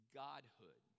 godhood